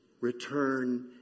return